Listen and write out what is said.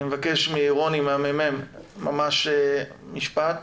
אני מבקש מרוני מהממ"מ, ממש במשפט,